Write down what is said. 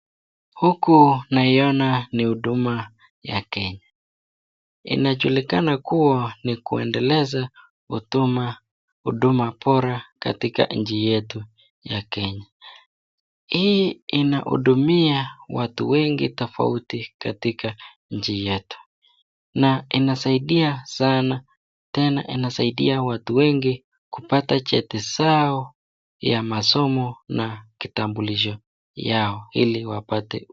Huku naiona ni huduma ya Kenya. Inajulikana kuwa ni kuendeleza huduma, huduma bora katika nchi yetu ya Kenya. Hii inaudumia watu wengi tofauti katika nchi yetu na inasaidia sana tena inasaidia watu wengi kupata cheti zao ya masomo na kitambulisho chao ili wapate.